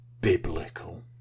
biblical